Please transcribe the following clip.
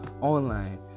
online